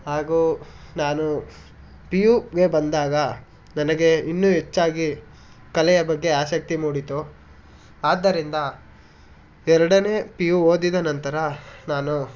ಹಾಗೂ ನಾನು ಪಿ ಯುಗೆ ಬಂದಾಗ ನನಗೆ ಇನ್ನೂ ಹೆಚ್ಚಾಗಿ ಕಲೆಯ ಬಗ್ಗೆ ಆಸಕ್ತಿ ಮೂಡಿತು ಆದ್ದರಿಂದ ಎರಡನೇ ಪಿಯು ಓದಿದ ನಂತರ ನಾನು